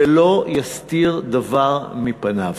ולא יסתיר דבר מפניו.